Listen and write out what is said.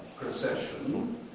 procession